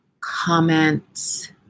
comments